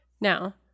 Now